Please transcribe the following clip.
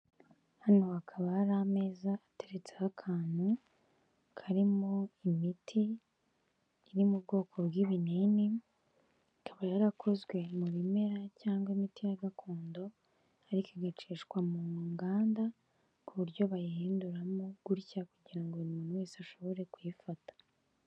Hano hakaba hari ameza ateretseho akantu karimo imiti iri mu bwoko bw'ibinini, ikaba yarakozwe mu bimera cyangwa imiti ya gakondo ariko igacishwa mu nganda, ku buryo bayihinduramo gutya kugira ngo buri muntu wese ashobore kuyifata.